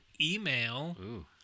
email